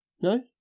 No